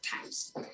Times